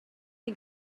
chi